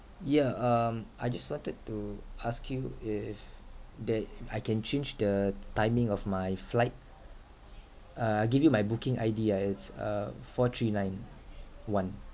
yeah um I just wanted to ask you if that if I can change the timing of my flight uh I'll give you my booking I_D ah it's uh four three nine one